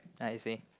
I see